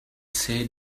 said